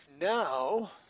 now